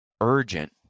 urgent